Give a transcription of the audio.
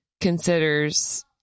considers